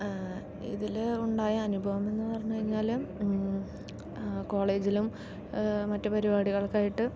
ഇതിലുണ്ടായ അനുഭവമെന്ന് പറഞ്ഞ് കഴിഞ്ഞാൽ ഉം കോളേജിലും മറ്റു പരിപാടികൾക്കായിട്ട്